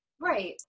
Right